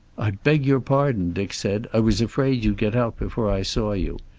i beg your pardon, dick said. i was afraid you'd get out before i saw you.